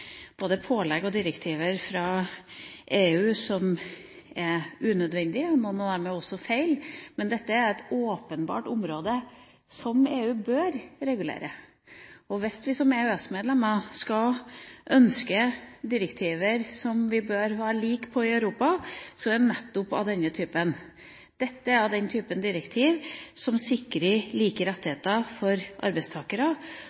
både pålegg og direktiver fra EU som er unødvendige – noen av dem er også feil. Men dette er åpenbart et område som EU bør regulere. Hvis vi som EØS-medlemmer skal ønske oss direktiver som vi bør være like på i Europa, er det nettopp av denne typen. Dette er av den typen direktiv som sikrer like